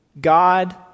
God